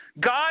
God